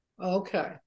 Okay